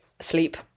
sleep